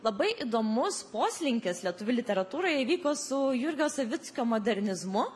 labai įdomus poslinkis lietuvių literatūroje įvyko su jurgio savickio modernizmu